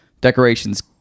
decoration's